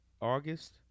August